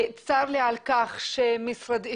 צר לי על כך שהמשטרה,